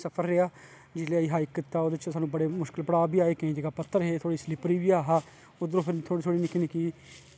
सफर जेहा जिसलै असें हाईक कीता केईं मुश्कल पड़ाव बी आए केईं जगाह् पत्थर हे थोह्ड़ी स्लिप्पर बी ऐहा थोह्ड़ी थोह्ड़ी निक्की निक्की